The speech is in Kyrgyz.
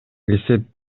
эсеп